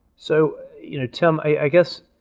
so, you know tim, i guess,